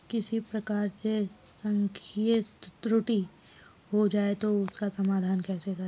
किसी प्रकार से सांख्यिकी त्रुटि हो जाए तो उसका समाधान कैसे करें?